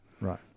Right